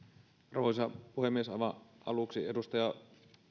arvoisa puhemies aivan aluksi edustaja